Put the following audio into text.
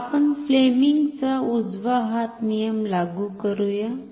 तर आपण फ्लेमिंगचा उजवा हात नियम लागू करूया